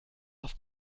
auf